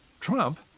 Trump